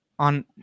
On